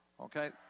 okay